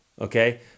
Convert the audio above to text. Okay